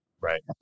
Right